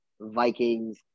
Vikings